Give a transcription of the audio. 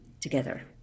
together